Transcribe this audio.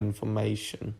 information